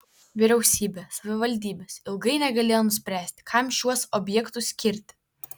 vyriausybė savivaldybės ilgai negalėjo nuspręsti kam šiuos objektus skirti